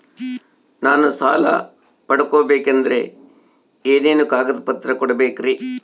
ನಾನು ಸಾಲ ಪಡಕೋಬೇಕಂದರೆ ಏನೇನು ಕಾಗದ ಪತ್ರ ಕೋಡಬೇಕ್ರಿ?